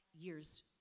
years